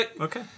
Okay